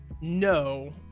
no